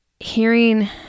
hearing